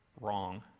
wrong